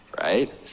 right